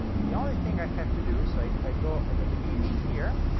the only thing i have to do, so like if i go at the beginning here,